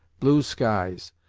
blue skies,